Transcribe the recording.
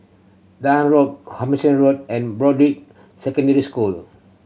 Road Road and Broadrick Secondary School